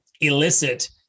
Elicit